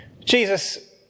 Jesus